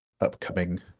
upcoming